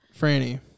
Franny